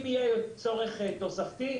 אם יהיה צורך תוספתי,